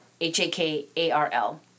H-A-K-A-R-L